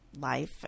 life